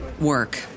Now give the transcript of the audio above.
work